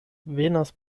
venas